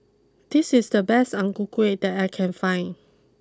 this is the best Ang Ku Kueh that I can find